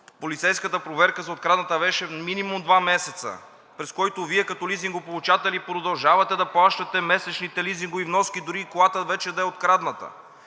полицейската проверка за открадната вещ е минимум два месеца, през които Вие като лизингополучател продължавате да плащате месечните лизингови вноски дори и колата вече да е открадната